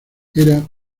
era